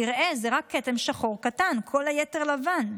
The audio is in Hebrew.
תראה, זה רק כתם שחור קטן, כל היתר לבן.